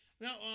Now